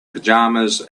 pajamas